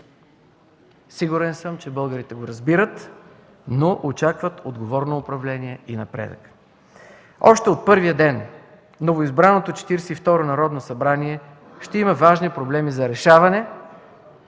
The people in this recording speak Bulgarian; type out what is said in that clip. Сигурен съм, че българите го разбират, но очакват отговорно управление и напредък. Още от първия ден новоизбраното Четиридесет и второ Народно събрание ще има важни проблеми за решаване,